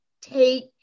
take